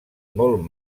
molt